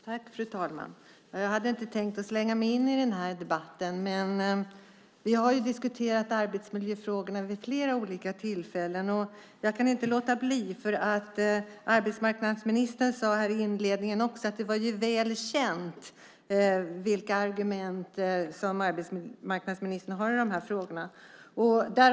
Fru talman! Jag hade inte tänkt slänga mig in i den här debatten men vi har ju diskuterat arbetsmiljöfrågorna vid flera olika tillfällen. jag kan inte låta bli, för arbetsmarknadsministern sade i inledningen att det var väl känt vilka argument han har i de här frågorna.